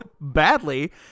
badly